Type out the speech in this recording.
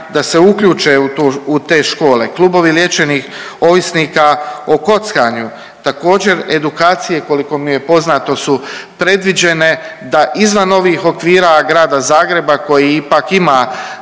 da se uključe u te škole. Klubovi liječenih ovisnika o kockanju, također edukacije koliko mi je poznato su predviđene da izvan ovih okvira grada Zagreba koji ipak ima